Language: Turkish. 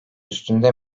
üstünde